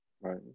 Right